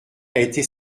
été